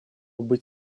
быть